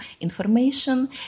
information